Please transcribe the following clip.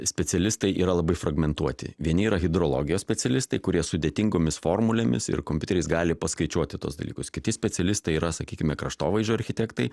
specialistai yra labai fragmentuoti vieni yra hidrologijos specialistai kurie sudėtingomis formulėmis ir kompiuteriais gali paskaičiuoti tuos dalykus kiti specialistai yra sakykime kraštovaizdžio architektai